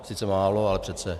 Sice málo, ale přece.